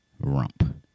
rump